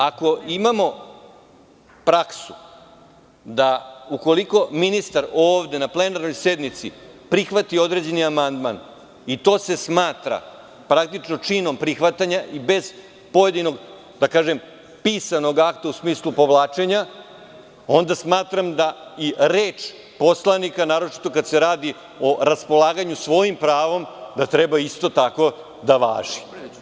Ako imamo praksu da ukoliko ministar ovde na plenarnoj sednici prihvati određeni amandman i to se smatra praktično činom prihvatanja i bez pojedinog, da kažem, pisanog akta u smislu povlačenja, onda smatram da i reč poslanika, naročito kada se radi o raspolaganju svojim pravom, treba isto tako da važi.